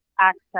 access